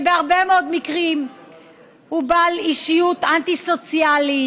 שבהרבה מאוד מקרים הוא בעל אישיות אנטי-סוציאלית,